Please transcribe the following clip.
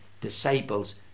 disciples